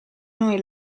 noi